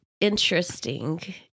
interesting